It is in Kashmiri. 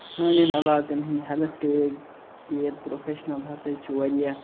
سانٮ۪ن علاقَن ہٕنٛد ہیٚلٕتھ کیک کیر پرٛوٚفیٚشنَل ہسا چھِ واریاہ